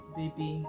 baby